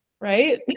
right